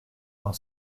are